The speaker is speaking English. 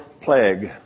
plague